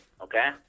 okay